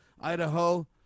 Idaho